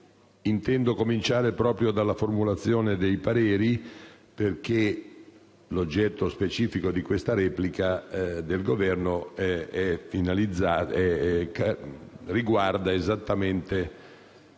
intendo cominciare proprio dalla formulazione dei pareri, perché l'oggetto specifico di questa replica riguarda esattamente